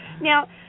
Now